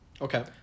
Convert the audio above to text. Okay